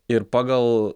ir pagal